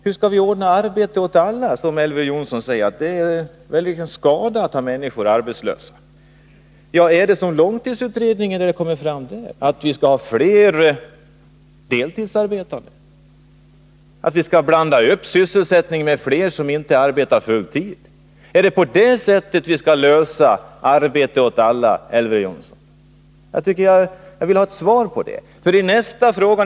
Hur skall vi ordna arbete åt alla? Elver Jonsson säger ju att det är skada att människor är arbetslösa. Skall vi följa långtidsutredningen och ha fler deltidsarbetande? Skall vi dela upp sysselsättningen på fler som inte arbetar full tid? Är det på detta sätt, Elver Jonsson, som vi skall nå målet arbete åt alla? Jag vill ha svar på den frågan.